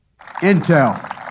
Intel